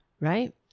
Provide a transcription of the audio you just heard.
right